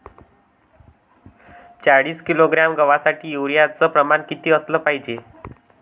चाळीस किलोग्रॅम गवासाठी यूरिया च प्रमान किती असलं पायजे?